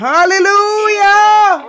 Hallelujah